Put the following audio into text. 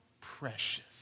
precious